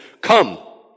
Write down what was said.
Come